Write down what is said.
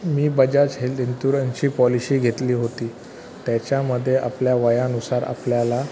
मी Bajaj health इंथुरन्सची policy घेतली होती त्याच्यामध्ये आपल्या वयानुसार आपल्याला